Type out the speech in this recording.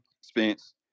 Spence